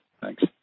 Thanks